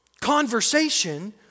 conversation